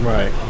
Right